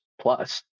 plus